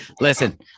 listen